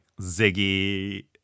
Ziggy